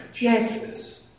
Yes